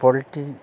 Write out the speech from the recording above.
poultry